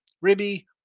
Ribby